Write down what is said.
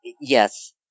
Yes